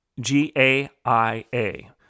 G-A-I-A